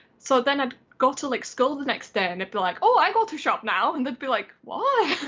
so then i'd got to like school the next day and i'd be like, oh i go to shop now and they'd be like what?